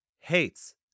Hates